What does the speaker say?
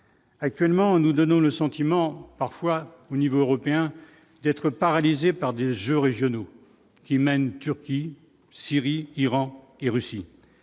actuellement nous donnons le sentiment parfois au niveau européen, d'être paralysé par des Jeux régionaux qui mène, Turquie, Syrie, Iran et Russie,